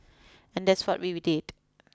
and that's what we did